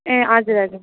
ए हजुर हजुर